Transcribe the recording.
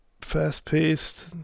Fast-paced